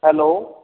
hello